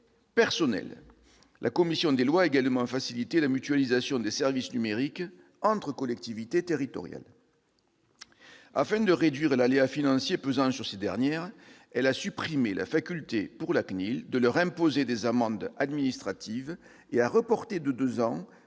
La commission des lois a également facilité la mutualisation des services numériques entre collectivités territoriales. Afin de réduire l'aléa financier pesant sur ces dernières, elle a supprimé la faculté pour la CNIL de leur imposer des amendes administratives et a reporté de deux ans